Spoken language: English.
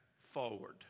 forward